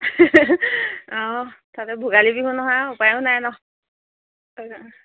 অঁ তাতে ভোগালী বিহু নহয় উপায়ো নাই ন